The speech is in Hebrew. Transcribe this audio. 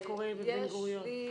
מה קורה בבן גוריון?